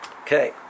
Okay